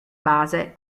base